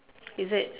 is it